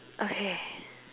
okay